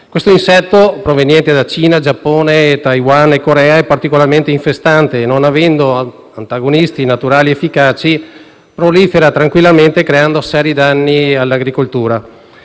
Questo insetto, proveniente da Cina, Giappone, Taiwan e Corea, è particolarmente infestante e, non avendo antagonisti naturali efficaci, prolifera tranquillamente, creando seri danni all'agricoltura.